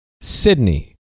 Sydney